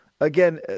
again